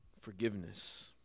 forgiveness